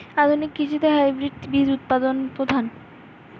আধুনিক কৃষিতে হাইব্রিড বীজ উৎপাদন প্রধান